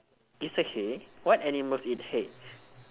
it's a hay what animals eat hay